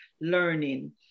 learning